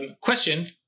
Question